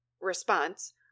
response